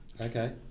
Okay